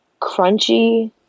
crunchy